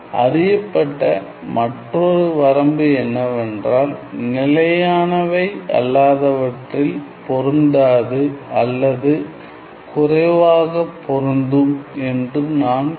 அறியப்பட்ட மற்றொரு வரம்பு என்னவென்றால் நிலையானவை அல்லாதவற்றில் பொருந்தாது அல்லது குறைவாக பொருந்தும் என்று நான் கூறுவேன்